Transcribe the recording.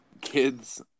kids